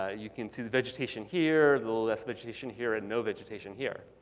ah you can see the vegetation here, the less vegetation here, and no vegetation here.